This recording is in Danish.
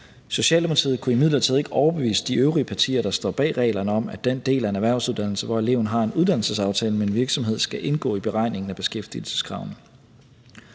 Socialdemokratiet kunne imidlertid ikke overbevise de øvrige partier, der står bag reglerne, om, at den del af en erhvervsuddannelse, hvor eleven har en uddannelsesaftale med en virksomhed, skal indgå i beregningen af beskæftigelseskravene.